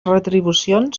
retribucions